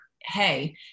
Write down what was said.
hey